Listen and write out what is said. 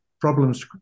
problems